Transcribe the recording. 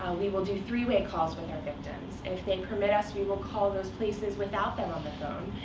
we will do three-way calls with our victims. if they permit us, we will call those places without them on the phone,